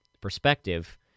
perspective